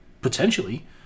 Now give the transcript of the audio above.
Potentially